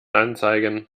anzeigen